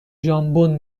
ژامبون